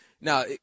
now –